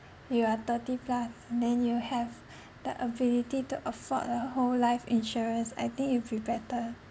you are thirty plus and then you have the ability to afford a whole life insurance I think it'd be better